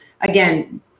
again